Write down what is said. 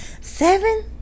Seven